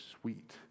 sweet